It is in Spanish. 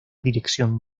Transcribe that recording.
dirección